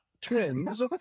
twins